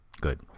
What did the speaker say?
Good